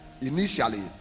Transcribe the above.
initially